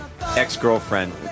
ex-girlfriend